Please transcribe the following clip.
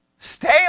Stay